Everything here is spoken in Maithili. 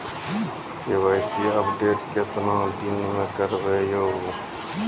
के.वाई.सी अपडेट केतना दिन मे करेबे यो?